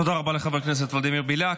תודה רבה לחבר הכנסת ולדימיר בליאק.